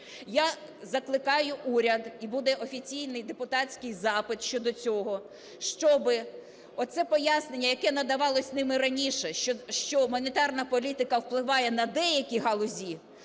Я закликаю уряд, і буде офіційний депутатський запит щодо цього, щоб оце пояснення, яке надавалось ними раніше, що монетарна політика впливає на деякі галузі,